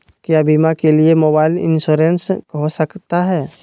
क्या बीमा के लिए मोबाइल इंश्योरेंस हो सकता है?